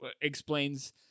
explains